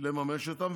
לממש אותן,